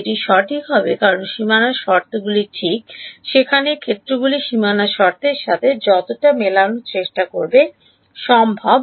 এটি সঠিক হবে কারণ সীমানা শর্তগুলি ঠিক সেখানে ক্ষেত্রগুলি সীমানা শর্তের সাথে যতটা মিলানোর চেষ্টা করবে সম্ভব